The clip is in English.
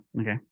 Okay